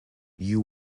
you